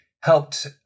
helped